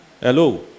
Hello